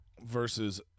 versus